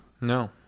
No